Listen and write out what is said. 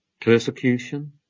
persecution